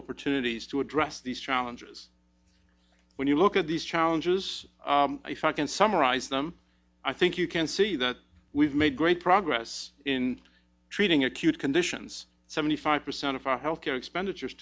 opportunities to address these challenges when you look at these challenges if i can summarize them i think you can see that we've made great progress in treating acute conditions seventy five percent of our health care expenditures